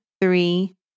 three